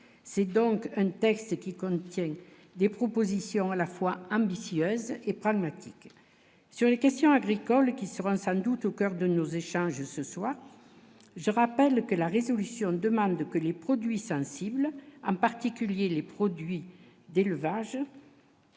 c'est donc un texte qui contient des propositions à la fois ambitieuse et pragmatique sur les questions agricoles qui sera ça doute au coeur de nos échanges, ce soir, je rappelle que la résolution demande que les produits sensibles, en particulier les produits d'élevage.